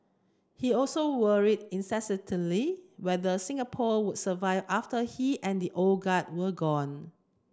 he also worried incessantly whether Singapore would survive after he and the old guard were gone